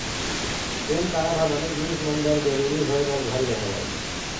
PAN card ह बनेच जिनिस मन बर जरुरी होय बर धर ले हवय